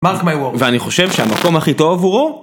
מרק מיי-וורדס ואני חושב שהמקום הכי טוב הוא...